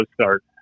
start